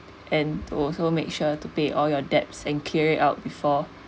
and also make sure to pay all your debts and clear it out before